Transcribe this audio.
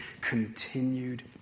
continued